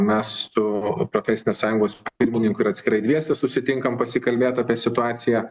mes tų profesinės sąjungos pirmininku ir atskirai dviese susitinkam pasikalbėt apie situaciją